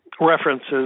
references